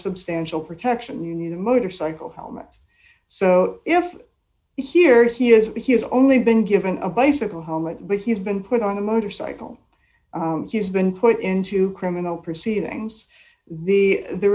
substantial protection you need a motorcycle helmet so if here he is he has only been given a bicycle helmet but he's been put on a motorcycle he's been put into criminal proceedings the the